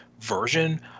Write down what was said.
version